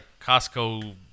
Costco